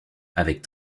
avec